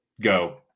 Go